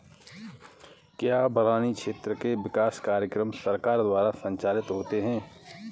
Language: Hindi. क्या बरानी क्षेत्र के विकास कार्यक्रम सरकार द्वारा संचालित होते हैं?